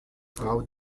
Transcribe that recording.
frau